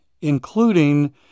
including